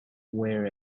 wear